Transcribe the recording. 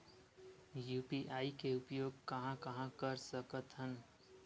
UPI के उपयोग कहां कहा कर सकत हन?